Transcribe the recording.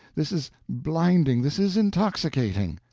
this is blinding, this is intoxicating!